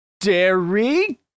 dairy